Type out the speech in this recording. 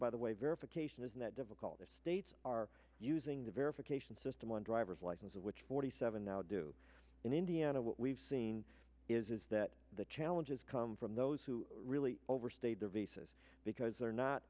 by the way verification is not difficult the states are using the verification system on driver's licenses which forty seven now do in indiana what we've seen is that the challenges come from those who really overstayed their visas because they're not